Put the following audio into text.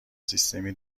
سیستمی